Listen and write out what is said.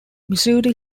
missouri